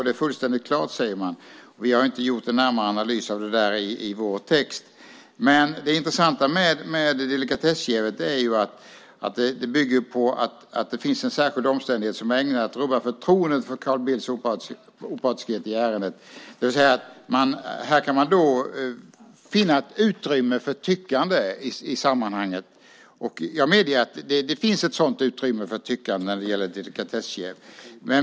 Det är fullständigt klart, säger man. Vi har inte gjort en närmare analys av det där i vår text. Det intressanta med delikatessjävet är att det bygger på att det finns en särskild omständighet som är ägnad att rubba förtroendet för Carl Bildts opartiskhet i ärendet. Här kan man finna ett utrymme för tyckande i sammanhanget. Jag medger att det finns ett utrymme för tyckande när det gäller delikatessjäv.